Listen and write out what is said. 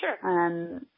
Sure